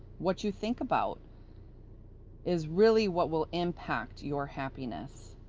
what you think about is really what will impact your happiness.